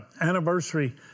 anniversary